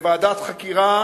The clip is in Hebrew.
לוועדת חקירה